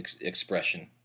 expression